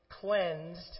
cleansed